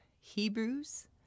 Hebrews